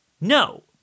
no